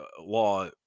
law